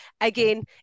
Again